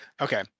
Okay